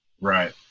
right